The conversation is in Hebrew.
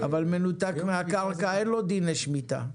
אבל מנותק מהקרקע אין לו דיני שמיטה.